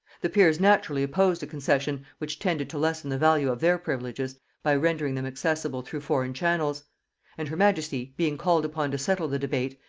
the peers naturally opposed a concession which tended to lessen the value of their privileges by rendering them accessible through foreign channels and her majesty, being called upon to settle the debate,